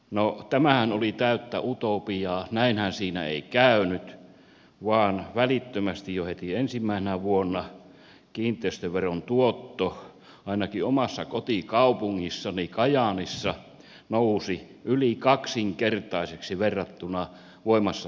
no tämähän oli täyttä utopiaa näinhän siinä ei käynyt vaan välittömästi jo heti ensimmäisenä vuonna kiinteistöveron tuotto ainakin omassa kotikaupungissani kajaanissa nousi yli kaksinkertaiseksi verrattuna voimassa olleeseen katumaksulakiin